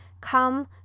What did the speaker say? come